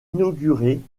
inaugurée